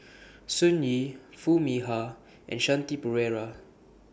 Sun Yee Foo Mee Har and Shanti Pereira